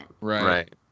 Right